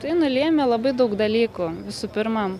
tai nulėmė labai daug dalykų visų pirma